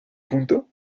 punto